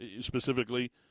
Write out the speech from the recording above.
specifically